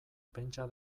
pentsa